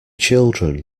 children